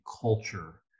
culture